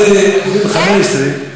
הילד הזה, הנער הזה, בן 15,